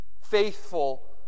faithful